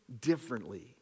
differently